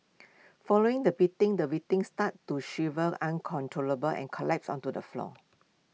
following the beating the victim started to shiver uncontrollably and collapsed onto the floor